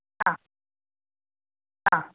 ആ ആ